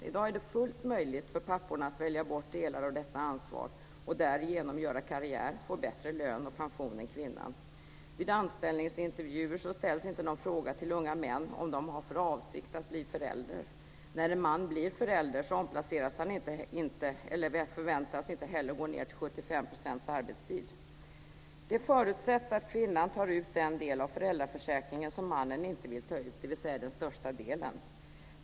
I dag är det fullt möjligt för papporna att välja bort delar av detta ansvar och därigenom göra karriär och få bättre lön och pension än kvinnan. Vid anställningsintervjuer ställs inte någon fråga till unga män om de har för avsikt att bli föräldrar. När en man blir förälder omplaceras han inte eller förväntas gå ned i arbetstid till 75 %. Det förutsätts att kvinnan tar ut den del av föräldraförsäkringen som mannen inte vill ta ut, dvs. den största delen.